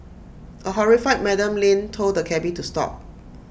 A horrified Madam Lin told the cabby to stop